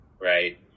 right